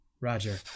Roger